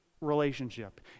relationship